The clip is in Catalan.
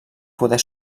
poder